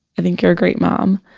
i think you're a great mom.